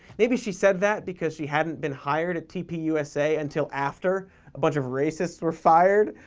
maybe she said that because she hadn't been hired at tp usa until after a bunch of racists were fired,